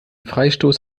freistoß